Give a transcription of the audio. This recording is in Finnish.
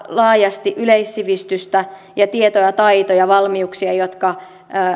laajasti yleissivistystä ja tietoja taitoja ja valmiuksia jotka